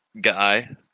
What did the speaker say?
guy